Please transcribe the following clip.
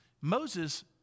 Moses